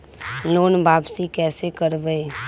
Loan वापसी कैसे करबी?